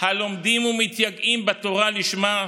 הלומדים ומתייגעים בתורה לשמה,